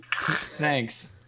Thanks